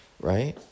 right